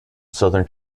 southern